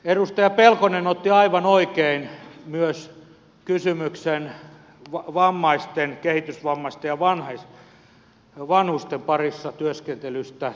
edustaja pelkonen otti aivan oikein esille myös kysymyksen vammaisten kehitysvammaisten ja vanhusten parissa työskentelystä